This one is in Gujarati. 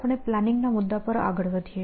ચાલો આજે આપણે પ્લાનિંગ ના મુદ્દા પર આગળ વધીએ